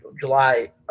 July